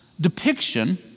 depiction